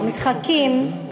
המשחקים,